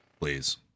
Please